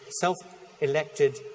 self-elected